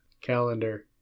calendar